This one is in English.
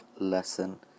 Lesson